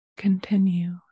Continue